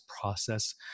process